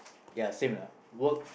ya same lah work